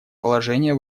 положения